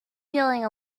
feeling